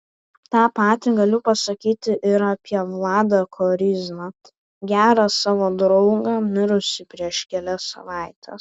tą patį galiu pasakyti ir apie vladą koryzną gerą savo draugą mirusį prieš kelias savaites